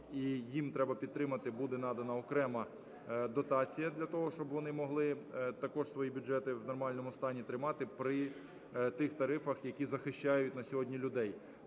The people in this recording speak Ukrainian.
їм, треба підтримати, буде надана окрема дотація для того, щоб вони могли також свої бюджети в нормальному стані тримати при тих тарифах, які захищають на сьогодні людей.